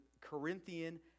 Corinthian